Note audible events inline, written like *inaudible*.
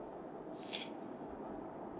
*breath*